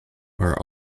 are